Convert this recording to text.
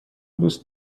دوست